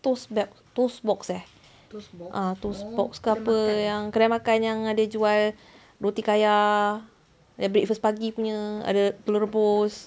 toast belt toast box eh ah toast box ke apa yang kedai makan yang ada jual roti kaya ada breakfast pagi punya ada telur rebus